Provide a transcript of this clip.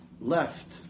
left